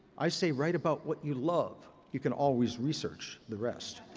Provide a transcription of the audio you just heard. i say write about what you love. you can always research the rest.